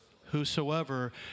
whosoever